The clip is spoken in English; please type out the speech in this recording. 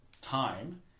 time